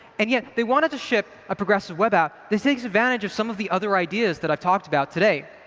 and yet they wanted to ship a progressive web app that takes advantage of some of the other ideas that i've talked about today.